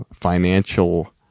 financial